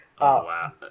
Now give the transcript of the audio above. Wow